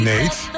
Nate